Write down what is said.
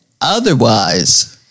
Otherwise